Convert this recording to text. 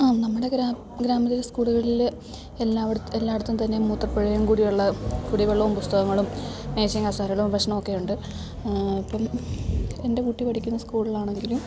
ആ നമ്മുടെ ഗ്രാമത്തിലെ സ്കൂളുകളിൽ എല്ലാ അവിടേയും എല്ലായിടത്തും തന്നെ മൂത്രപ്പുരയും കുടിവെള്ള കുടിവെള്ളവും പുസ്തകങ്ങളും മേശേയും കസേരകളും ഭക്ഷണവുമൊക്കെയുണ്ട് ഇപ്പം എൻ്റെ കുട്ടി പഠിക്കുന്ന സ്കൂളിലാണെങ്കിലും